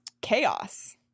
chaos